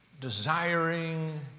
desiring